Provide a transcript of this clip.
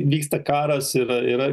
vyksta karas yra yra